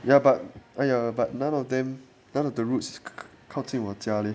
ya but !aiya! but none of them none of the routes 靠近我家里 leh